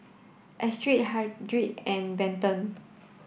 Astrid Hardin and Benton